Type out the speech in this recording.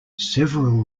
several